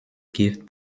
gave